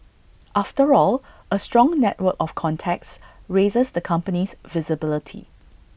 after all A strong network of contacts raises the company's visibility